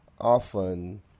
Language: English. often